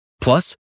Plus